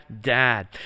dad